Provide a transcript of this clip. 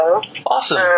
Awesome